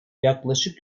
yaklaşık